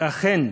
אכן